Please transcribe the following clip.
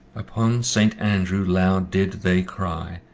upon saint andrew loud did they cry,